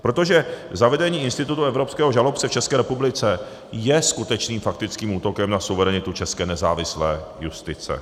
Protože zavedení institutu evropského žalobce v České republice je skutečným faktickým útokem na suverenitu české nezávislé justice.